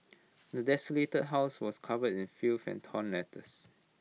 the desolated house was covered in filth and torn letters